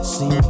See